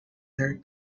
her